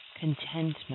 contentment